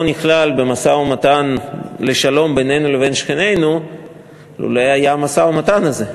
נכלל במשא-ומתן לשלום בינינו לבין שכנינו אילו היה המשא-ומתן הזה.